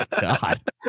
God